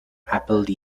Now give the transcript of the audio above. apple